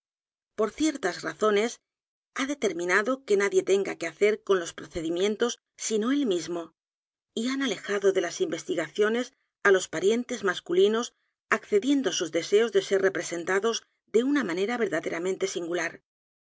por ciertas razones ha determinado que nadie tenga que hacer con los procedimientos sino él mismo y han alejado de las investigaciones á los parientes masculinos accediendo á sus deseos de ser representados de una manera verdaderamente singular